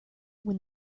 when